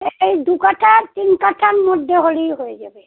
এই দু কাটা তিন কাটার মধ্যে হলেই হয়ে যাবে